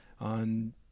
on